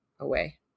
away